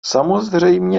samozřejmě